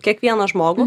kiekvieną žmogų